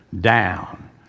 Down